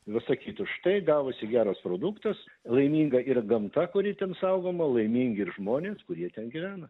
va sakytų štai gavosi geras produktas laiminga ir gamta kuri ten saugoma laimingi ir žmonės kurie ten gyvena